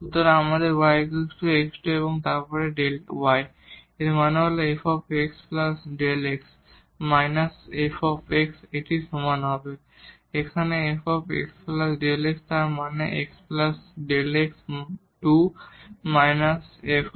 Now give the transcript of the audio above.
সুতরাং আমাদের y x2 এবং তারপর Δ y এর মানে হল f x Δ x −f এটি সমান হবে এখানে f x Δ x তার মানে xΔ x 2 − f